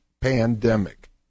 pandemic